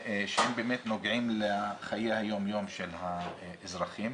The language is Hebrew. שבאמת נוגעים לחיי היומיום של האזרחים.